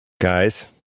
guys